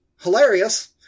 hilarious